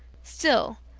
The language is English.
still,